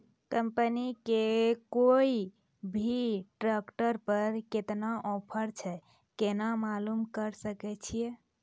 Company के कोय भी ट्रेक्टर पर केतना ऑफर छै केना मालूम करऽ सके छियै?